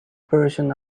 person